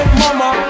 mama